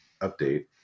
update